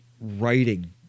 writing